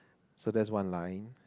so that's one line